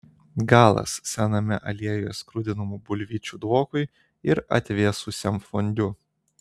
galas sename aliejuje skrudinamų bulvyčių dvokui ir atvėsusiam fondiu